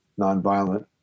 nonviolent